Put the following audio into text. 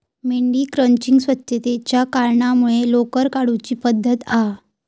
मेंढी क्रचिंग स्वच्छतेच्या कारणांमुळे लोकर काढुची पद्धत हा